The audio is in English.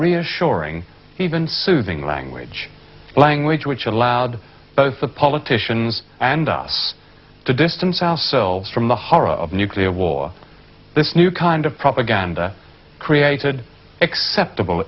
reassuring even soothing language language which allowed both the politicians and us to distance ourselves from the horror of nuclear war this new kind of propaganda created acceptable